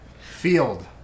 field